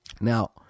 Now